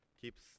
keeps